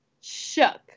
Shook